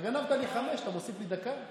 אתה גנבת לי חמש, אתה מוסיף לי דקה?